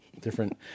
Different